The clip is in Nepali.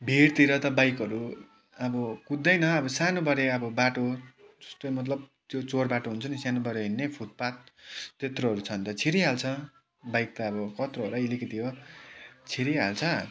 भिरतिर त बाइकहरू अब कुद्दैन अब सानोबडे अब बाटो जस्तै मतलब त्यो चोर बाटो हुन्छ नि सानोबडे हिँड्ने फुटपाथ त्यत्रोहरू छ भने त छिरिहाल्छ बाइक त अब कत्रो हो र अलिकिति हो छिरिहाल्छ